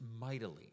mightily